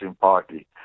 party